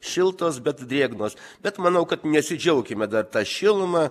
šiltos bet drėgnos bet manau kad nesidžiaukime dar ta šiluma